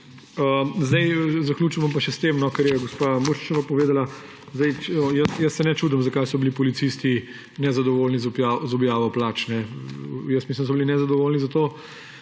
Zaključil bom pa še s tem, kar je gospa Muršičeva povedala. Jaz se ne čudim, zakaj so bili policisti nezadovoljni z objavo plač. Jaz mislim, da so bili nezadovoljni zato,